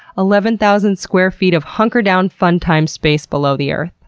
eleven thousand square feet of hunker-down-fun-times-space below the earth.